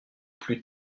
plus